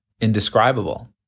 indescribable